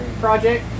project